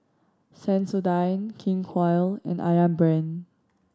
Sensodyne King Koil and Ayam Brand